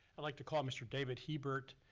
i'd like to call mr. david hebert.